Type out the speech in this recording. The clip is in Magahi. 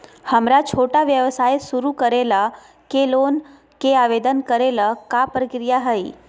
हमरा छोटा व्यवसाय शुरू करे ला के लोन के आवेदन करे ल का प्रक्रिया हई?